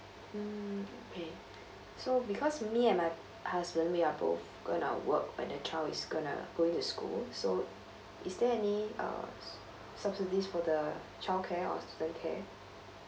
mm okay so because me and my husband we are both gonna work when the child is gonna go into school so is there any uh subsidies for the child care or student care